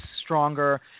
stronger